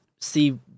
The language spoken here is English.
see